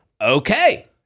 okay